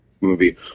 movie